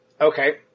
Okay